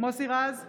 מוסי רז,